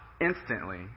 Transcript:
instantly